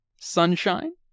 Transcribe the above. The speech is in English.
Sunshine